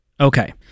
Okay